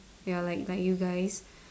ya like like you guys